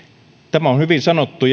tämä on on hyvin sanottu